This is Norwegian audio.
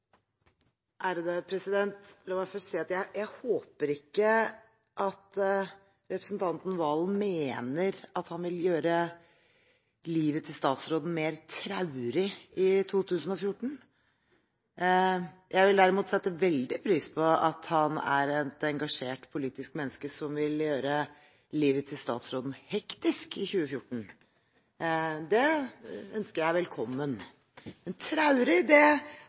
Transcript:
Jeg håper ikke at representanten Valen mener at han vil gjøre livet til statsråden mer traurig i 2014. Jeg vil derimot sette veldig pris på at han er et engasjert politisk menneske som vil gjøre livet til statsråden hektisk i 2014. Det ønsker jeg velkommen, men traurig – det